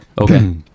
Okay